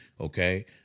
okay